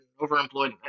overemployed